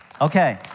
Okay